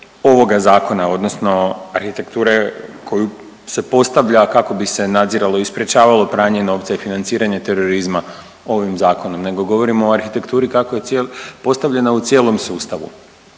ovoga zakona odnosno arhitekture koju se postavlja kako bi se nadziralo i sprječavalo pranje novca i financiranje terorizma ovim zakonom nego govorimo o arhitekturi kako je postavljena u cijelom sustavu.